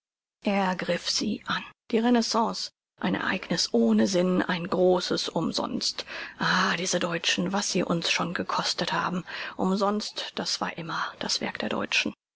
griff sie an die renaissance ein ereigniß ohne sinn ein großes umsonst ah diese deutschen was sie uns schon gekostet haben umsonst das war immer das werk der deutschen